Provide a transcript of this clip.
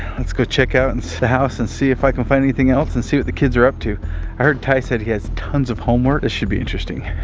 let's go check out and the house and see if i can find anything else and see what the kids are up to. i heard ty said he has tons of homework. this should be interesting.